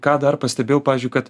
ką dar pastebėjau pavyzdžiui kad